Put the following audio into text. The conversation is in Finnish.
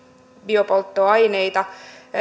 biopolttoaineita